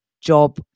job